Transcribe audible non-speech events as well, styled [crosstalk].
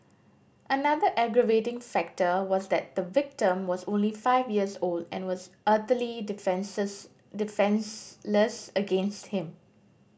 another aggravating factor was that the victim was only five years old and was utterly [unintelligible] defenceless against him